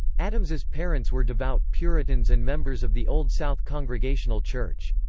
adams's parents were devout puritans and members of the old south congregational church.